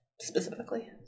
specifically